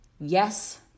yes